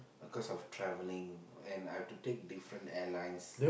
cause of travelling and I have to take different airlines